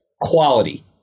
quality